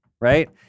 right